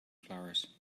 flowers